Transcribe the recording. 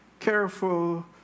careful